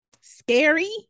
scary